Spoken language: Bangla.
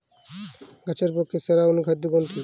গাছের পক্ষে সেরা অনুখাদ্য কোনটি?